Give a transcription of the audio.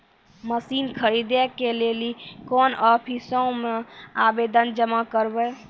Machine खरीदै के लेली कोन आफिसों मे आवेदन जमा करवै?